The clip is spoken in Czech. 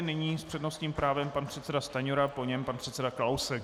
Nyní s přednostním právem pan předseda Stanjura, po něm pan předseda Kalousek.